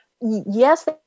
Yes